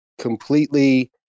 completely